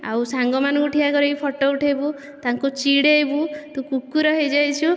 ଆଉ ସାଙ୍ଗ ମାନଙ୍କୁ ଠିଆ କରେଇ ଫଟୋ ଉଠେଇବୁ ତାଙ୍କୁ ଚିଡ଼େଇବୁ ତୁ କୁକୁର ହୋଇଯାଇଛୁ